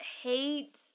hate